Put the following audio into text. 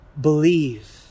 believe